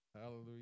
Hallelujah